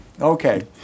Okay